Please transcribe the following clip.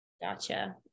Gotcha